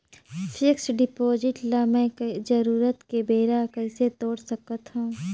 Fixed deposit ल मैं जरूरत के बेरा कइसे तोड़ सकथव?